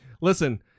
listen